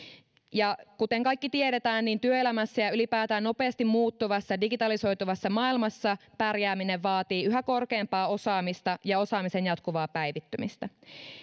kuten kaikki tiedämme niin työelämässä ja ylipäätään nopeasti muuttuvassa ja digitalisoituvassa maailmassa pärjääminen vaatii yhä korkeampaa osaamista ja osaamisen jatkuvaa päivittämistä